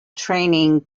training